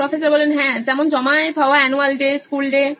professor হ্যাঁ যেমন জমায়েত হওয়া অ্যানুয়াল ডে স্কুল ডে